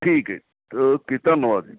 ਠੀਕ ਹੈ ਓਕੇ ਧੰਨਵਾਦ ਜੀ